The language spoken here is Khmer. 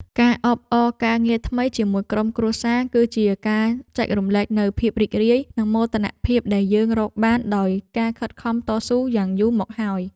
ការអបអរការងារថ្មីជាមួយក្រុមគ្រួសារគឺជាការចែករំលែកនូវភាពរីករាយនិងមោទនភាពដែលយើងរកបានដោយការខិតខំតស៊ូយ៉ាងយូរមកហើយ។